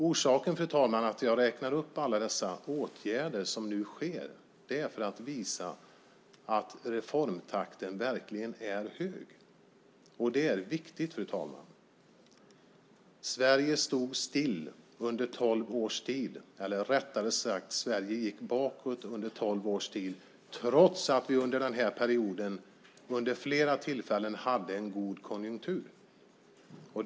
Orsaken, fru talman, till att jag räknar upp alla dessa åtgärder som nu vidtas är att jag vill visa att reformtakten verkligen är hög. Det är viktigt, fru talman. Sverige stod stilla under tolv års tid. Eller rättare sagt: Sverige gick bakåt under tolv års tid, trots att vi under den här perioden under flera tillfällen hade en god konjunktur.